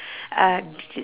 uh just